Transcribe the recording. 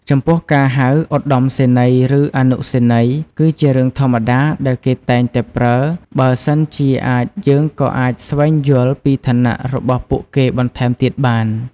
ចំពោះការហៅ ឧត្តមសេនីយ៍ ឬ អនុសេនីយ៍ គឺជារឿងធម្មតាដែលគេតែងតែប្រើ បើសិនជាអាចយើងក៏អាចស្វែងយល់ពីឋានៈរបស់ពួកគេបន្ថែមទៀតបាន។